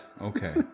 Okay